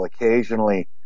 occasionally